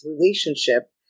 relationship